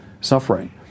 suffering